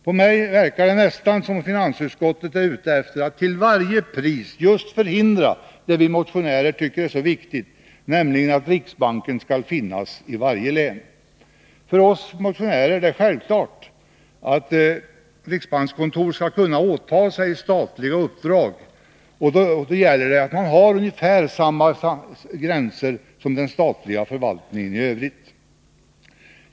På mig verkar det nästan som om finansutskottet är ute efter att till varje pris förhindra just det vi motionärer tycker är så viktigt, nämligen att riksbanken skall finnas i varje län. För oss motionärer är det självklart att riksbankskontor skall kunna åta sig statliga uppdrag, och då gäller det att man har ungefär samma gränser som den statliga förvaltningen i övrigt.